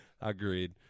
Agreed